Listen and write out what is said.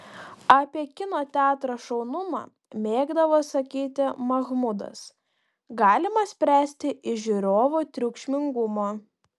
apie kino teatro šaunumą mėgdavo sakyti mahmudas galima spręsti iš žiūrovų triukšmingumo